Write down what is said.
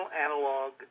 analog